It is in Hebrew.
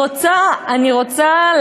אני רוצה להתחיל,